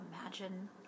imagine